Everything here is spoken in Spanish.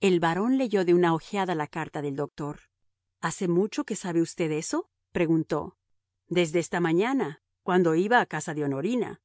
el barón leyó de una ojeada la carta del doctor hace mucho que sabe usted eso preguntó desde esta mañana cuando iba a casa de honorina